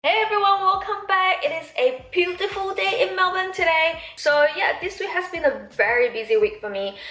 hey everyone, welcome back! it is a beautiful day in melbourne today. so yeah, this week has been a very busy week for me.